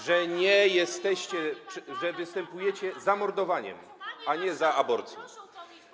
że nie jesteście, że występujecie za mordowaniem, a nie za aborcją.